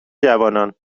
جوانان